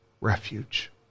refuge